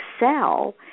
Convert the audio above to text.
excel